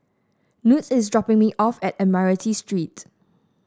Knute is dropping me off at Admiralty Street